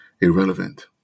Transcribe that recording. irrelevant